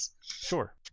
Sure